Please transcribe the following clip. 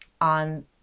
on